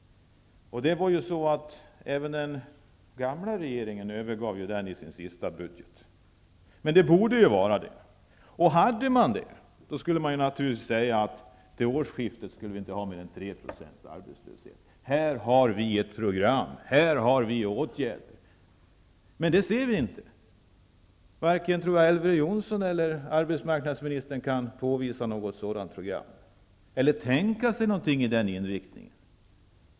Även den gamla regeringen övergav den i sin sista budget, men den borde gälla. Följde man den borde regeringen naturligtvis säga: Till årsskiftet skall vi inte ha mer än 3 % arbetslöshet. Här har vi ett program med åtgärder. Men något sådant program ser vi inte. Varken Elver Jonsson eller arbetsmarknadsministern kan påvisa något sådant program eller över huvud taget tänka sig något i den riktningen.